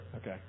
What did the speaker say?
Okay